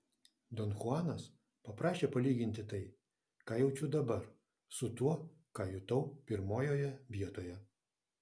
don chuanas paprašė palyginti tai ką jaučiu dabar su tuo ką jutau pirmojoje vietoje